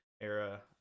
era